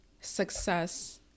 success